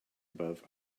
above